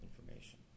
information